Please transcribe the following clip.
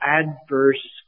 adverse